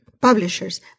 Publishers